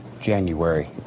January